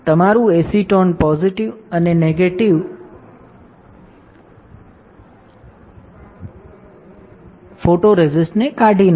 તમારું acetone positive અને negative ફોટોરેસિસ્ટને કાઢી નાખશે